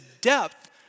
depth